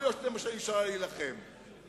יכול להיות שזה מה שנשאר לה להילחם עליו,